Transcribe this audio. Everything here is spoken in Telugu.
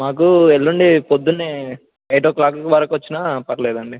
మాకు ఎల్లుండి పొద్దున్న ఎయిట్ క్లాక్ వరకు వచ్చిన పర్లేదండి